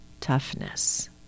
toughness